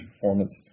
performance